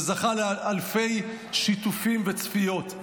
וזכה לאלפי שיתופים וצפיות.